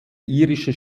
irische